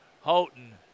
Houghton